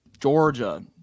Georgia